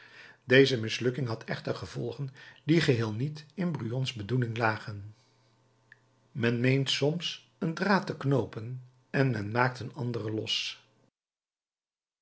deze mislukking had echter gevolgen die geheel niet in brujons bedoelingen lagen men meent soms een draad te knoopen en men maakt een anderen los